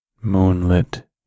moonlit